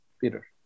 Peter